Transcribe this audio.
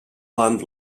land